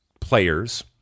players